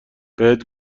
بهت